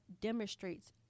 demonstrates